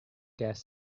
gas